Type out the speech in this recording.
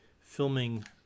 filming